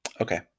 Okay